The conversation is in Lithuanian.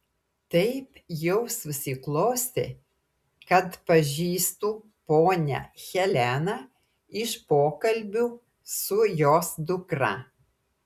taip jau susiklostė kad pažįstu ponią heleną iš pokalbių su jos dukra